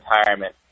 retirement